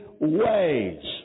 ways